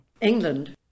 England